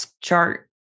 chart